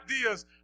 ideas